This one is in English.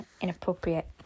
inappropriate